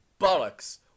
bollocks